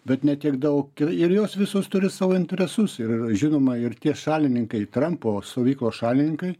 bet ne tiek daug ir jos visos turi savo interesus ir žinoma ir tie šalininkai trampo stovyklos šalininkai